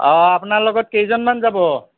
অ' আপোনাৰ লগত কেইজনমান যাব